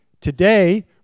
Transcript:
Today